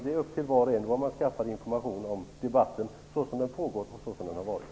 Det är upp till var och en var man skaffar information om debatten så som den pågår och så som den har varit.